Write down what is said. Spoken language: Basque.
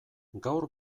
gaur